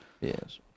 Yes